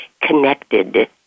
connected